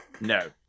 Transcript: No